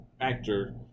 actor